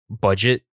budget